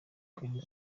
queen